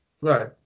Right